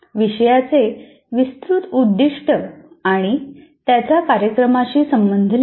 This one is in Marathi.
विषयाचे विस्तृत उद्दीष्ट आणि त्याचा कार्यक्रमाशी संबंध लिहा